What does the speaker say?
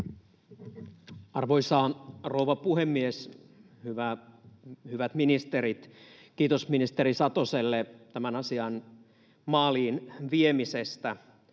Arvoisa rouva puhemies, hyvät ministerit! Kiitos ministeri Satoselle tämän asian maaliin viemisestä.